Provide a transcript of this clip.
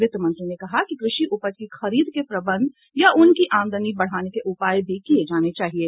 वित्त मंत्री ने कहा कि क़षि उपज की खरीद के प्रबंध या उनकी आमदनी बढ़ाने के उपाय भी किए जाने चाहिएं